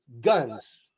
guns